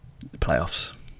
playoffs